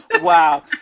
Wow